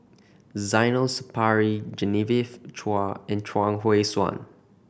Zainal Sapari Genevieve Chua and Chuang Hui Tsuan